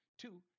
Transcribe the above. Two